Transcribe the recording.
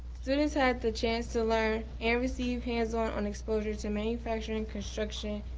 students had the chance to learn and receive hands-on on exposure to manufacturing and construction,